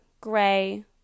gray